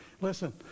Listen